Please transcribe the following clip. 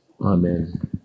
Amen